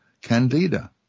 candida